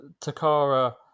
Takara